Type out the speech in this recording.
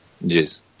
Yes